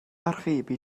archebu